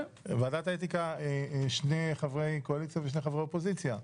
פשוט ועדת האתיקה בגלל המצב שני חברי קואליציה ושני חברי אופוזיציה,